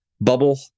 bubble